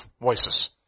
voices